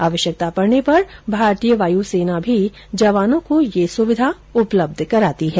आवश्यकता पड़ने पर भारतीय वायु सेना भी जवानों को यह सुविधा उपलब्ध कराती है